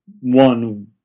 one